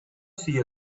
see